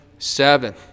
seven